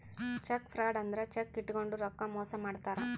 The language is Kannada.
ಚೆಕ್ ಫ್ರಾಡ್ ಅಂದ್ರ ಚೆಕ್ ಇಟ್ಕೊಂಡು ರೊಕ್ಕ ಮೋಸ ಮಾಡ್ತಾರ